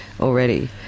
already